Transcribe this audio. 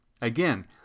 Again